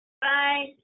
Bye